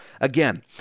Again